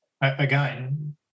again